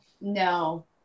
No